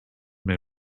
may